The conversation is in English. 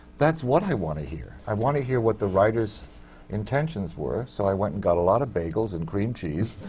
that's what i want to hear. i want to hear what the writer's intentions were. so i went and got a lot of bagels and cream cheese.